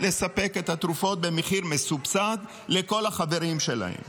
לספק את התרופות במחיר מסובסד לכל החברים שלהן.